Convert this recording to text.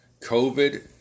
COVID